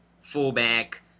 fullback